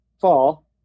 fall